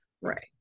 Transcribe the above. Right